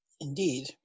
Indeed